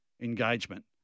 engagement